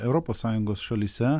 europos sąjungos šalyse